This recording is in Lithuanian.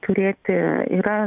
turėti yra